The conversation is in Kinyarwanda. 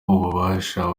ububasha